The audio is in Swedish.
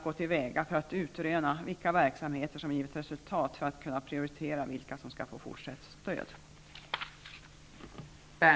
Det har varken medlemmar eller ekonomiska resurser räckt till för.